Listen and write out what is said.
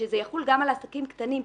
כשזה יחול גם על עסקים קטנים,